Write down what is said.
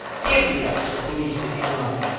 give me up to the police if you like.